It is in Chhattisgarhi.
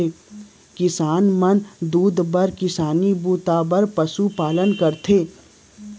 किसान मन दूद बर किसानी बूता बर पसु पालन करथे